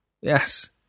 Yes